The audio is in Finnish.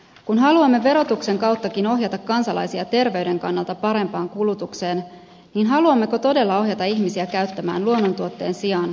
kun haluamme verotuksenkin kautta ohjata kansalaisia terveyden kannalta parempaan kulutukseen niin haluammeko todella ohjata ihmisiä käyttämään luonnontuotteen sijaan keinotekoisia tuotteita